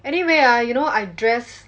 anyway ah you know I dress